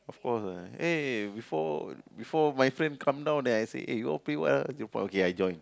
of course ah eh before before my friend come down there I say eh you all play what ah zero point okay I join